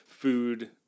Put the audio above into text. Food